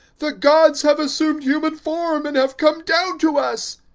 the gods have assumed human form and have come down to us.